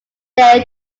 their